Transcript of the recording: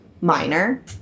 minor